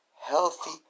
healthy